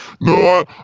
No